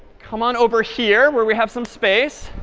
come on over here where we have some space.